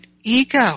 ego